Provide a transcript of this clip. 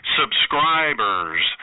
Subscribers